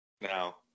Now